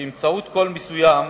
שבאמצעות קול מסוים